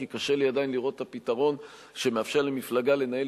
כי קשה לי עדיין לראות את הפתרון שמאפשר למפלגה לנהל